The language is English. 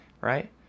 right